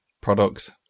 products